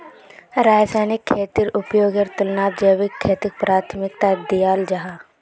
रासायनिक खेतीर उपयोगेर तुलनात जैविक खेतीक प्राथमिकता दियाल जाहा